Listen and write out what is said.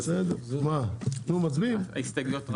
הסתייגויות רע"ם.